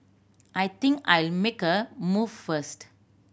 I think I'll make a move first